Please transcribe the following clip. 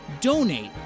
Donate